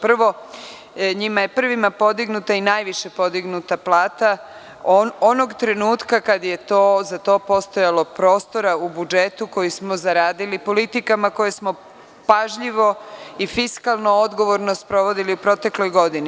Prvo, njima je prvima podignuta i najviše podignuta plata onog trenutka kad je za to postojalo prostora u budžetu koji smo zaradili politikama koje smo pažljivo i fiskalno odgovorno sprovodili u protekloj godini.